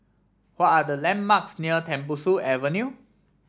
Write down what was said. what are the landmarks near Tembusu Avenue